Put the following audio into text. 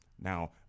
Now